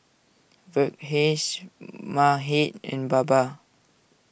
Verghese Mahade and Baba